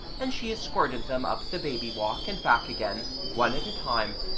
and she escorted them up the baby walk and back again, one at a time,